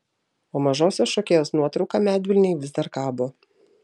o mažosios šokėjos nuotrauka medvilnėj vis dar kabo